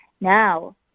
Now